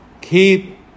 Keep